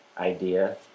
idea